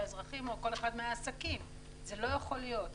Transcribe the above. והאזרחים או כל אחד מהעסקים זה לא יכול להיות.